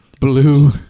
blue